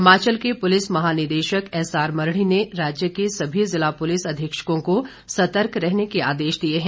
हिमाचल के पूलिस महानिदेशक S R Mardi ने राज्य के सभी जिला पुलिस अधीक्षकों को सतर्क रहने के आदेश दिए हैं